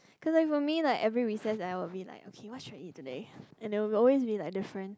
cause like for me like every recess I will be like okay what should I eat today and it will always be like different